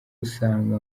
usanga